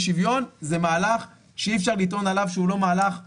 שוויון זה מהלך שאי אפשר לטעון עליו שהוא לא מהלך חברתי.